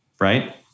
right